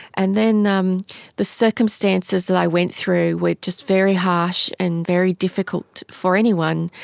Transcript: and then the um the circumstances that i went through were just very harsh and very difficult for anyone.